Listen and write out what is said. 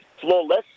flawless